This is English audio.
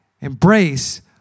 embrace